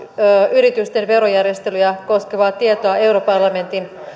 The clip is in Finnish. yritysten verojärjestelyjä koskevaa tietoa europarlamentin